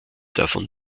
davon